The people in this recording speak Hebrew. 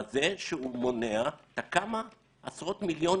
בזה שהוא מונע את כמה עשרות המיליונים